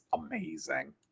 amazing